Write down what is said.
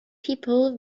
people